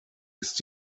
ist